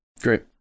Great